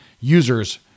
users